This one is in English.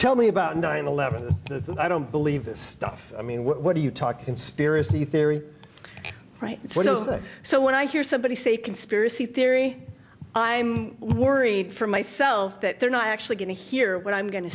tell me about nine eleven i don't believe this stuff i mean what do you talk conspiracy theory right so when i hear somebody say conspiracy theory i'm worried for myself that they're not actually going to hear what i'm going to